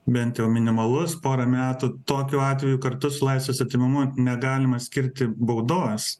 bent jau minimalus pora metų tokiu atveju kartu su laisvės atėmimu negalima skirti baudos